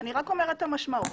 רק אומרת את המשמעות.